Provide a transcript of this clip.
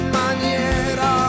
maniera